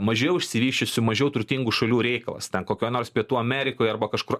mažiau išsivysčiusių mažiau turtingų šalių reikalas ten kokioj nors pietų amerikoj arba kažkur